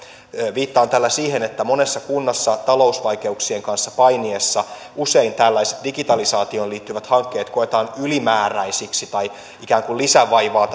viittaan tällä siihen että monessa kunnassa talousvaikeuksien kanssa painiessa usein tällaiset digitalisaatioon liittyvät hankkeet koetaan ylimääräisiksi tai ikään kuin lisävaivaa